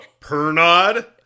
Pernod